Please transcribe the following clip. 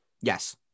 Yes